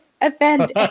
offend